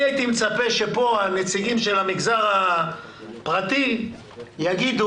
אני הייתי מצפה שפה הנציגים של המגזר הפרטי יגידו: